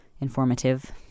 informative